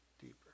Deeper